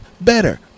better